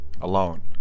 alone